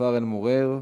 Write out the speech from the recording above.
בכפר אל-מוע'ייר,